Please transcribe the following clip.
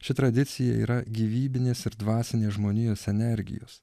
ši tradicija yra gyvybinės ir dvasinės žmonijos energijos